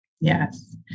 Yes